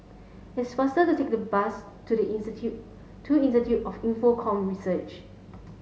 it's faster to take the bus to the Institute to Institute of Infocomm Research